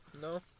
No